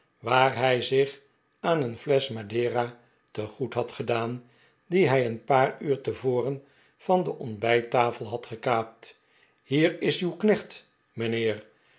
waar hij zich aan een flesch madera te goed had gedaan die hij een paar uur tevoren van de ontbijttafel had gekaapt hier is uw knecht mijnheer